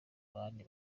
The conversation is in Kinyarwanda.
abandi